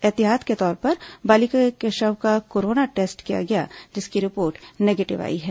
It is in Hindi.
ऐहतियात के तौर पर बालिका के शव का कोरोना टेस्ट किया गया जिसकी रिपोर्ट निगेटिव आई है